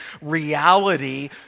reality